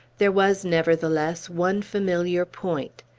there was, nevertheless, one familiar point.